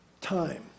time